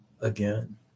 again